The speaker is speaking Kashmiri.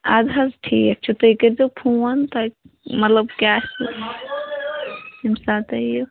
اَدٕ حظ ٹھیٖک چھِ تُہۍ کٔرۍزیو فون تۄہہِ مطلب کیٛاہ آسِوٕ ییٚمہِ ساتہٕ تُہۍ یِیِو